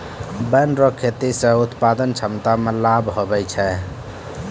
वन रो खेती से उत्पादन क्षमता मे लाभ हुवै छै